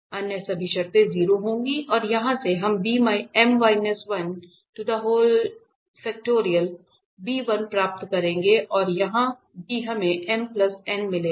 अन्य सभी शर्तें 0 होंगी और यहां से हम प्राप्त करेंगे और यहां भी हमें m n मिलेगा